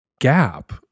gap